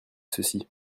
ceci